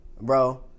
Bro